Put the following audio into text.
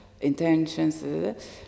intentions